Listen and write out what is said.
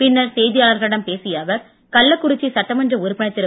பின்னர் செய்தியாளர்களிடம் பேசிய அவர் கள்ளக்குறிச்சி சட்டமன்ற உறுப்பினர் திரு